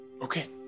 Okay